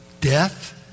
Death